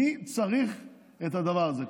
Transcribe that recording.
מי צריך את הדבר הזה?